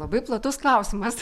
labai platus klausimas